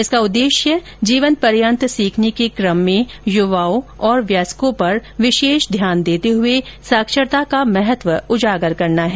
इसका उददेश्य जीवनपर्यन्त सीखने के कम में युवाओं और वयस्कों पर विशेष ध्यान देते हुए साक्षरता का महत्व उजागर करना है